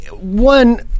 one